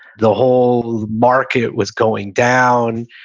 the whole market was going down,